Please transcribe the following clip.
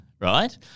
right